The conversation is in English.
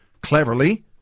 Cleverly